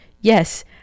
yes